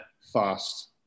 fast